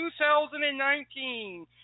2019